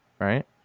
right